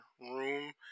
room